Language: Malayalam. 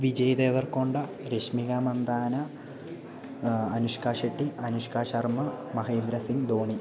വിജയ് ദേവർക്കൊണ്ട രശ്മിക മന്ദാന അനുഷ്ക ഷെട്ടി അനുഷ്ക ശർമ്മ മഹേന്ദ്ര സിംഗ് ധോണി